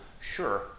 Sure